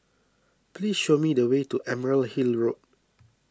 please show me the way to Emerald Hill Road